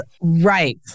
Right